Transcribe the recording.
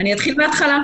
שאלה אחר כך.